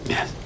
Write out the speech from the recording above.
Yes